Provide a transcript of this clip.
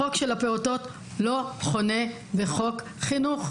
החוק של הפעוטות לא חונה בחוק חינוך,